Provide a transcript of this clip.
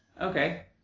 Okay